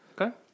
Okay